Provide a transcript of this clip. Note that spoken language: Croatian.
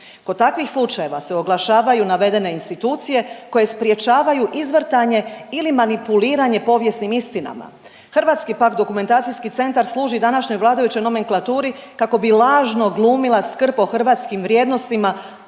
Kod takvih slučajeva se oglašavaju navedene institucije koje sprječavaju izvrtanje ili manipuliranje povijesnim istinama. Hrvatski pak dokumentacijski centar služi današnjoj vladajućoj nomenklaturi kako bi lažno glumila skrb o hrvatskim vrijednostima,